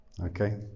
Okay